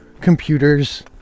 computers